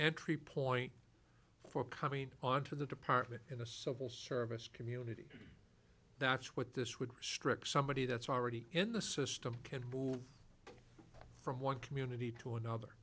entry point for coming onto the department in a civil service community that's what this would restrict somebody that's already in the system from one community to another